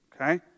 okay